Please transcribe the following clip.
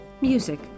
Music